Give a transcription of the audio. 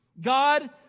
God